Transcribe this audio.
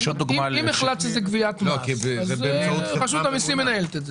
אם הוחלט שזה גביית מס אז רשות המיסים מנהלת את זה.